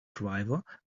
driver